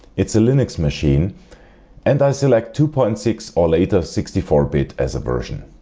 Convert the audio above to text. it's a linux machine and i select two point and six or later sixty four bit as a version.